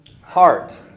heart